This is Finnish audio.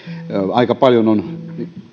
aika paljon on